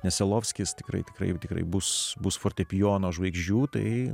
veselovskis tikrai tikrai tikrai bus bus fortepijono žvaigždžių tai